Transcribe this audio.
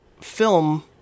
film